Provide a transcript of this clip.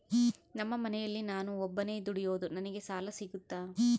ನಮ್ಮ ಮನೆಯಲ್ಲಿ ನಾನು ಒಬ್ಬನೇ ದುಡಿಯೋದು ನನಗೆ ಸಾಲ ಸಿಗುತ್ತಾ?